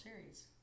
Series